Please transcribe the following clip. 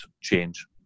change